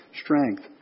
strength